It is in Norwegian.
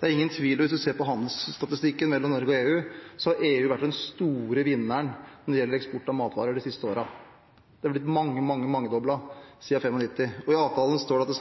så har EU vært den store vinneren når det gjelder eksport av matvarer de siste årene. Den har blitt mangedoblet siden 1995. I avtalen står det at det